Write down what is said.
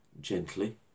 gently